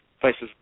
places